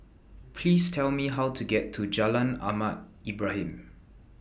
Please Tell Me How to get to Jalan Ahmad Ibrahim